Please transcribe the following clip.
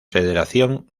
federación